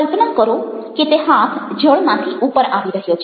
કલ્પના કરો કે તે હાથ જળમાંથી ઉપર આવી રહ્યો છે